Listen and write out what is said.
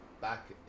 back